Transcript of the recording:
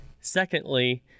Secondly